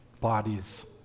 bodies